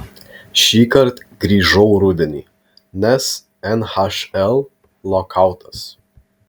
šįkart grįžau rudenį nes nhl lokautas